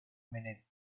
minute